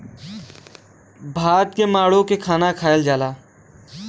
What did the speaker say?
भात के माड़ो के खाना खायल जाला